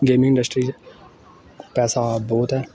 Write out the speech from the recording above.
gaming industry च पैसा बौह्त ऐ